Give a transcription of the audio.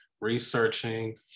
researching